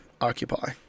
occupy